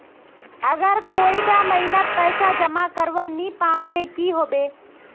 अगर कोई डा महीनात पैसा जमा करवा नी पाम ते की होबे?